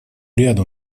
ряду